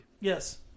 Yes